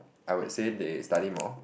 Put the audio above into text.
I would say they study more